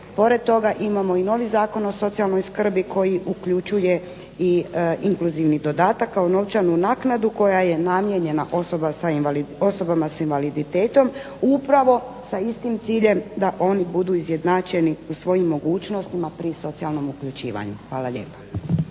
Pored toga imamo i novi Zakon o socijalnoj skrbi koji uključuje inkluzivni dodatak kao novčanu naknadu koja je namijenjena osobe sa invaliditetom upravo sa istim ciljem da oni budu izjednačeni u svojim mogućnostima pri socijalnom uključivanju. Hvala lijepa.